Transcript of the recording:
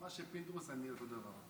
מה שפינדרוס, אני אותו דבר.